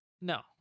No